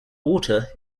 water